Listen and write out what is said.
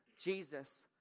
Jesus